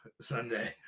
Sunday